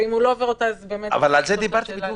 ואם הוא לא יעבור אז באמת צריך לשאול למה.